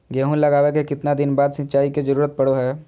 गेहूं लगावे के कितना दिन बाद सिंचाई के जरूरत पड़ो है?